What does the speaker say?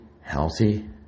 healthy